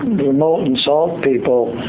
the molten salt people